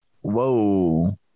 Whoa